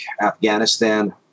Afghanistan